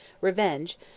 revenge